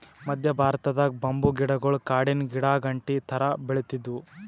ಮದ್ಯ ಭಾರತದಾಗ್ ಬಂಬೂ ಗಿಡಗೊಳ್ ಕಾಡಿನ್ ಗಿಡಾಗಂಟಿ ಥರಾ ಬೆಳಿತ್ತಿದ್ವು